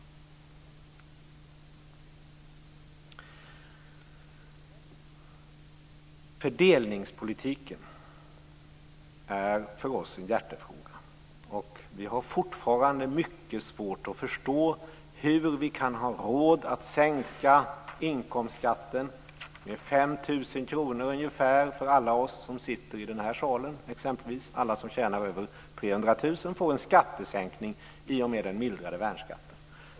Fördelningspolitiken är för oss en hjärtefråga. Vi har fortfarande mycket svårt att förstå hur vi kan ha råd att sänka inkomstskatten med ungefär 5 000 kr för exempelvis alla oss som sitter i den här salen. Alla som tjänar över 300 000 kr får en skattesänkning i och med den mildrade värnskatten.